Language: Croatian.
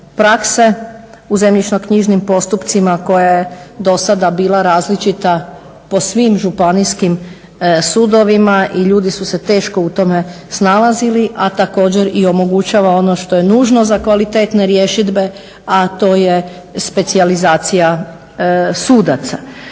prakse u zemljišnoknjižnim postupcima koja je dosada bila različita po svim županijskim sudovima i ljudi su se teško u tome snalazili a također i omogućava i ono što je nužno za kvalitetne rješidbe a to je specijalizacija sudaca.